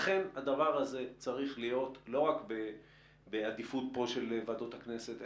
ולכן הדבר הזה צריך להיות לא רק בעדיפות פה של ועדות הכנסת,